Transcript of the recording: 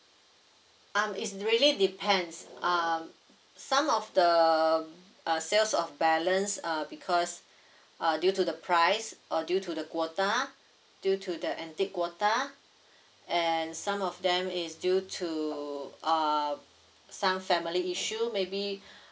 um is really depends um some of the uh sales of balance uh because uh due to the price or due to the quota due to the antique quota and some of them is due to uh some family issue maybe